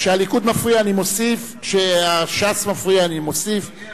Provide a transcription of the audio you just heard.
כשהליכוד מפריע אני מוסיף, כשש"ס מפריע אני מוסיף.